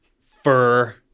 fur